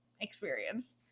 experience